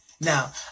now